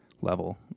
level